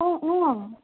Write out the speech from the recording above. অঁ অঁ